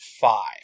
five